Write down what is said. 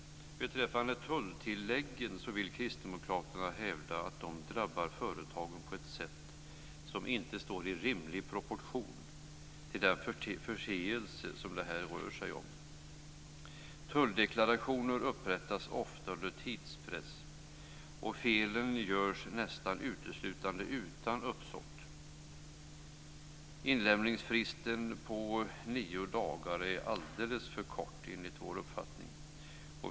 Beträffande tulltilläggen vill kristdemokraterna hävda att de drabbar företagen på ett sådant sätt att det inte står i rimlig proportion till den förseelse det rör sig om. Tulldeklarationer upprättas ofta under tidspress, och felen görs nästan uteslutande utan uppsåt. Inlämningsfristen på nio dagar är alldeles för kort, enligt vår uppfattning.